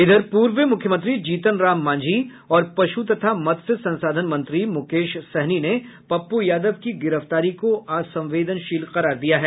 इधर पूर्व मुख्यमंत्री जीतन राम मांझी और पशु तथा मत्स्य संसाधन मंत्री मुकेश सहनी ने पप्पू यादव की गिरफ्तारी को असंवेदनशील करार दिया है